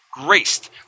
graced